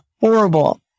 horrible